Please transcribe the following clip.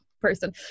person